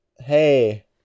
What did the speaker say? hey